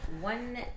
one